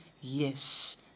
Yes